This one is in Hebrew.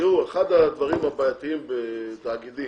תראו, אחד הדברים הבעייתיים בתאגידים,